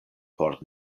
por